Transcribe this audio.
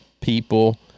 people